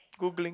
googling